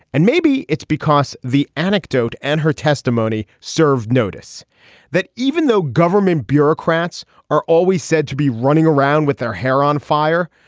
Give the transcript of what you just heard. and maybe it's because the anecdote and her testimony served notice that even though government bureaucrats are always said to be running around with their hair on fire,